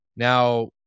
Now